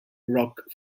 rock